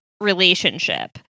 relationship